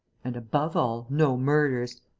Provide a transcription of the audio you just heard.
and, above all, no murders!